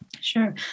Sure